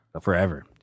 Forever